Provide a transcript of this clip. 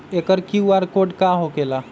एकर QR code का होकेला?